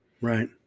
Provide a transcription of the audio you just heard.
Right